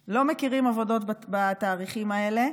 לא מכירים עבודות בתאריכים האלה.